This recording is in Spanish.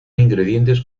ingredientes